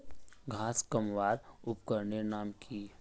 घांस कमवार उपकरनेर नाम की?